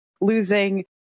losing